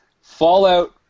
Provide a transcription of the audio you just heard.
fallout